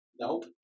Nope